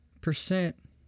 percent